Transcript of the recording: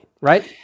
right